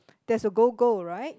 there's a go go right